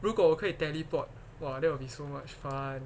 如果我可以 teleport !wah! that will be so much fun